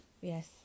yes